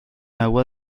agua